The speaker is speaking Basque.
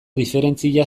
diferentzia